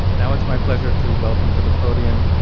now it's my pleasure to welcome to the podium,